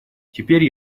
теперь